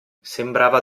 sembrava